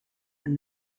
and